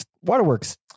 waterworks